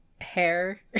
hair